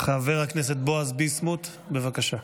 חבר הכנסת בועז ביסמוט, בבקשה.